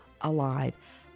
alive